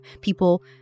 People